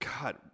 God